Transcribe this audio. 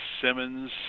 Simmons